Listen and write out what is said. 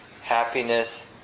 happiness